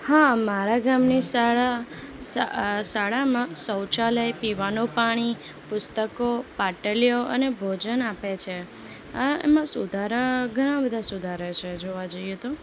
હા મારા ગામની શાળા શા શાળામાં શૌચાલય પીવાનું પાણી પુસ્તકો પાટલીઓ અને ભોજન આપે છે એમાં સુધારા ઘણા બધા સુધારા છે જોવા જઈએ તો